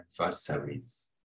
adversaries